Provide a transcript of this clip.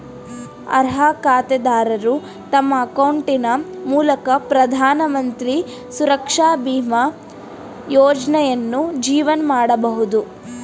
ಅರ್ಹ ಖಾತೆದಾರರು ತಮ್ಮ ಅಕೌಂಟಿನ ಮೂಲಕ ಪ್ರಧಾನಮಂತ್ರಿ ಸುರಕ್ಷಾ ಬೀಮಾ ಯೋಜ್ನಯನ್ನು ಜೀವನ್ ಮಾಡಬಹುದು